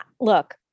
look